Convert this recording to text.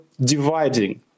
dividing